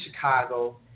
Chicago